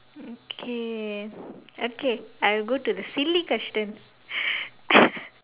okay okay I will go to the silly question